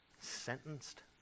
Sentenced